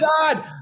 God